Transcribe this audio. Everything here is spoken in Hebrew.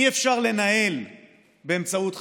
אי-אפשר לנהל באמצעות חקיקה.